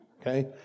okay